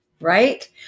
right